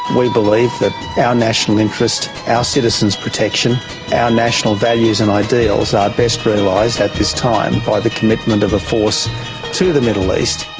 we believe that our national interest, our citizens' protection, our national values and ideals are best realised at this time by the commitment of a force to the middle east.